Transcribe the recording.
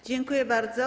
Dziękuję bardzo.